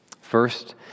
First